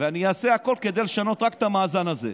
ואני אעשה הכול כדי לשנות רק את המאזן הזה.